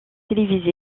télévisées